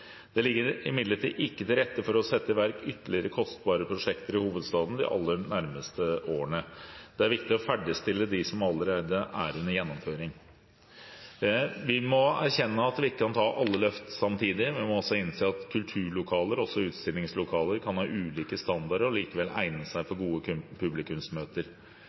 Det ligger imidlertid ikke til rette for å sette i verk ytterligere kostbare prosjekter i hovedstaden de aller nærmeste årene. Det er viktig å ferdigstille de som allerede er under gjennomføring. Vi må erkjenne at vi ikke kan ta alle løft samtidig. Vi må også innse at kulturlokaler, også utstillingslokaler, kan ha ulike standarder og likevel egne seg for gode publikumsmøter.